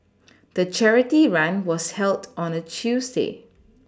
the charity run was held on a Tuesday